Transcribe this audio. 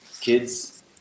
kids